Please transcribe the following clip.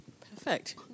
Perfect